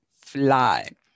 fly